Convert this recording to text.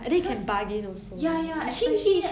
cause ya ya especially